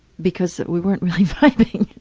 because we weren't really fighting,